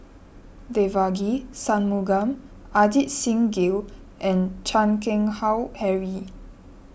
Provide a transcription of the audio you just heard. Devagi Sanmugam Ajit Singh Gill and Chan Keng Howe Harry